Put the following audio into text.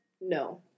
No